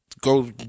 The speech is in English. go